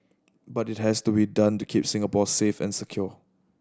but it has to be done to keep Singapore safe and secure